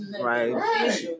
Right